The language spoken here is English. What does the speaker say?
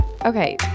Okay